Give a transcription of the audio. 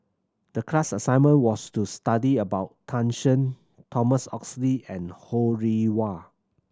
the class assignment was to study about Tan Shen Thomas Oxley and Ho Rih Hwa